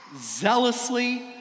zealously